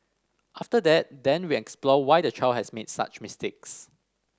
after that then we explore why the child has made such mistakes